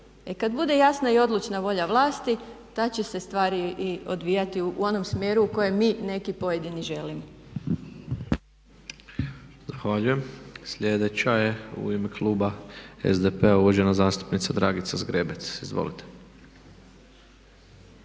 E kada bude jasna i odlučna volja vlasti tada će se stvari i odvijati u onom smjeru u kojem mi neki pojedini želimo. **Tepeš, Ivan (HSP AS)** Zahvaljujem. Sljedeća je u ime kluba SDP-a uvažena zastupnica Dragica Zgrebec. Izvolite.